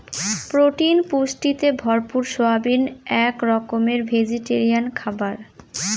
protein পুষ্টিতে ভরপুর soybean এক রকমের ভেজিটেরিয়ান খাবার